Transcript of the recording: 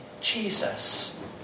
Jesus